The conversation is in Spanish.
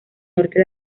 norte